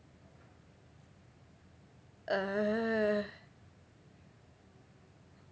err